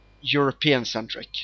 European-centric